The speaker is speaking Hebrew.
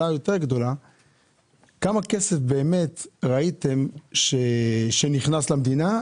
כמה כסף ראיתם שנכנס למדינה,